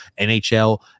nhl